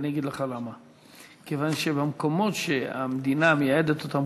ואני אגיד לך למה: כיוון שבמקומות שהמדינה מייעדת אותם,